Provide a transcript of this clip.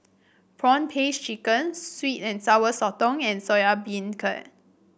prawn paste chicken sweet and Sour Sotong and Soya Beancurd